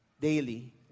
daily